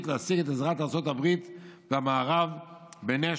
להשיג את עזרת ארצות הברית והמערב בנשק,